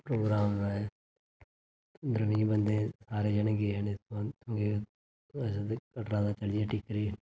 programme पंदरां बीह् बीह् सारे जने गे अस ते कटड़ा दा चली गे टिक्करी